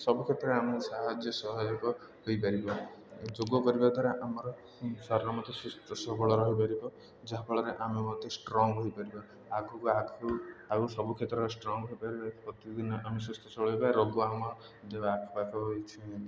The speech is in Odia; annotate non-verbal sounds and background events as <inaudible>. ସବୁ କ୍ଷେତ୍ରରେ ଆମେ ସାହାଯ୍ୟ ସହଯୋଗ ହୋଇପାରିବା ଯୋଗ କରିବା ଦ୍ୱାରା ଆମର ଶରୀର ମଧ୍ୟ ସୁସ୍ଥ ସବଳ ରହିପାରିବ ଯାହାଫଳରେ ଆମେ ମତେ ଷ୍ଟ୍ରଙ୍ଗ୍ ହୋଇପାରିବା ଆଗକୁ ଆଗକୁ ଆଉ ସବୁ କ୍ଷେତ୍ରରେ ଷ୍ଟ୍ରଙ୍ଗ୍ ହେଇପାରିବେ ପ୍ରତିଦିନ ଆମେ ସୁସ୍ଥ <unintelligible> ରୋଗ ଆମ <unintelligible> ଆଖପାଖ <unintelligible>